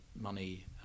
money